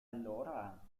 allora